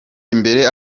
imbere